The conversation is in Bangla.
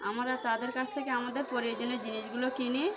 আমরা তাদের কাছ থেকে আমাদের প্রয়োজনীয় জিনিসগুলো কিনি